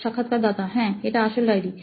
সাক্ষাৎকারদাতা হ্যাঁ এটা আসল ডায়রি